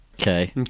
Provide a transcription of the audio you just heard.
Okay